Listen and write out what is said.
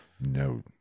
no